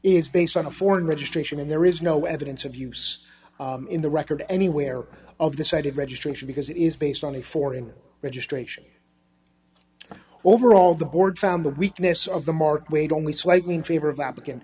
is based on a foreign registration and there is no evidence of use in the record anywhere of the cited registration because it is based on a foreign registration overall the board found the weakness of the mark waid only slightly in favor of applican